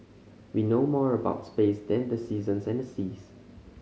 we know more about space than the seasons and the seas